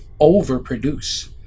overproduce